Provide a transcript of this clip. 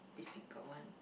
difficult one